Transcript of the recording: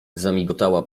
zamigotała